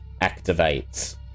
activates